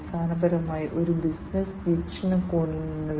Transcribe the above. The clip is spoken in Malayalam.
തുടർന്ന് നിങ്ങൾക്ക് മൊത്തത്തിലുള്ള ബസിലേക്ക് ഇന്റർഫേസിംഗ് യൂണിറ്റ് ഉണ്ട്